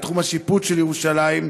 לתחום השיפוט של ירושלים,